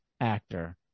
actor